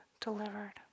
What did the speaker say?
delivered